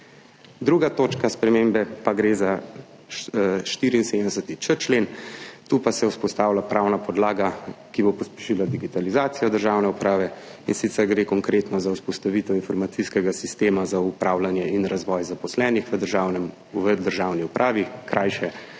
drugi točki spremembe pa gre za 74.č člen, kjer se vzpostavlja pravna podlaga, ki bo pospešila digitalizacijo državne uprave, in sicer konkretno gre za vzpostavitev informacijskega sistema za upravljanje in razvoj zaposlenih v državni upravi, krajše